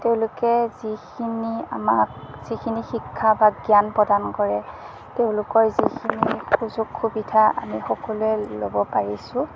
তেওঁলোকে যিখিনি আমাক যিখিনি শিক্ষা বা জ্ঞান প্ৰদান কৰে তেওঁলোকৰ যিখিনি সুযোগ সুবিধা আমি সকলোৱে ল'ব পাৰিছোঁ